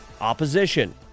opposition